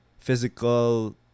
physical